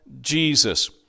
Jesus